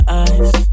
eyes